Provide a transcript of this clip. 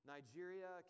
Nigeria